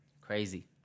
Crazy